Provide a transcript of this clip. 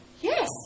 Yes